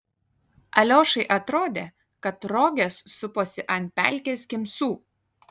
aliošai atrodė kad rogės suposi ant pelkės kimsų